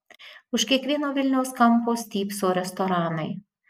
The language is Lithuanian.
už kiekvieno vilniaus kampo stypso restoranai